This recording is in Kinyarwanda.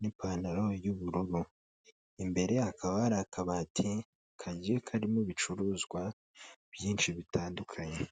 n'ipantaro y'ubururu, imbere hakaba hari akabati kagiye karimo ibicuruzwa byinshi bitandukanye.